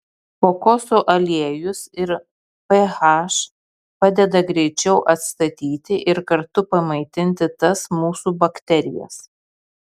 kokosų aliejus ir ph padeda greičiau atstatyti ir kartu pamaitina tas mūsų bakterijas